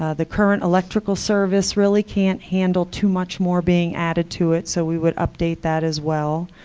ah the current electrical service really can't handle too much more being added to it, so we would update that as well.